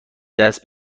دست